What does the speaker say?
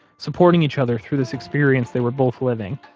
supporting each other through this experience they were both living,